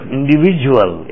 individual